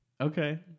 Okay